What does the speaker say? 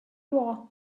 war